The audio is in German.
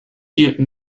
hielten